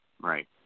Right